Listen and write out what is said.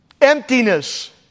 emptiness